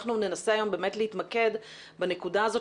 אנחנו ננסה היום באמת להתמקד בנקודה הזאת